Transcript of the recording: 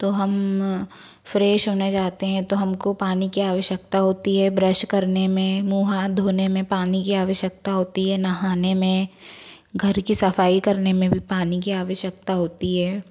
तो हम फ़्रेश होने जाते हैं तो हमको पानी की आवश्यकता होती है ब्रश करने में मुँह हाँथ धोने में पानी की आवश्यकता होती है नहाने में घर की सफाई करने में भी पानी की आवश्यकता होती है